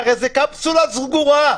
הרי זו קפסולה סגורה.